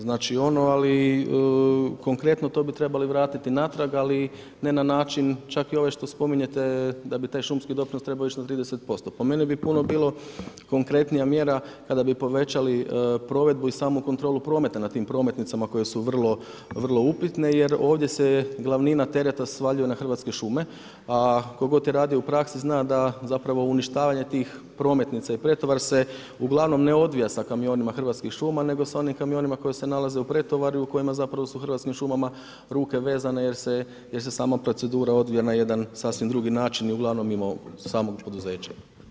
Znači ono, ali konkretno to bi trebali vratiti natrag, ali ne na način čak i ovaj što spominjete da bi taj šumski doprinos trebao ići na 30%, po meni bi puno bilo konkretnija mjera kad bi povećali provedbu i samu kontrolu prometa na tim prometnicama koje su vrlo upitne jer ovdje se glavnina tereta svaljuje na Hrvatske šume, a tko god je radio u praksi zna da uništavanje tih prometnica i pretovar se uglavnom ne odvija sa kamionima Hrvatskih šuma, nego sa onim kamionima koji se nalaze u pretovaru i kojima su Hrvatskim šumama ruke vezane jer se sama procedura odvija na jedan sasvim drugi način i uglavnom mimo samog poduzeća.